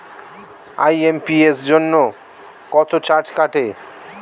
IMPS জন্য কত charge কাটে?